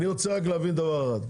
אני רוצה רק להבין דבר אחד,